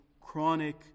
chronic